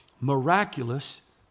miraculous